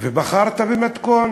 ובחרת במתכון